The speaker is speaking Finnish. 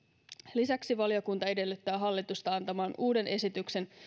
lisäksi valiokunta edellyttää hallitusta antamaan uuden esityksen